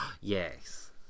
yes